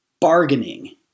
bargaining